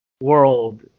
World